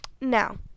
now